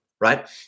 right